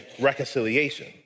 reconciliation